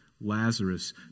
Lazarus